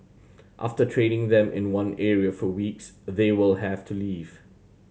after training them in one area for weeks they will have to leave